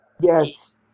Yes